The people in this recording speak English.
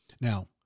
now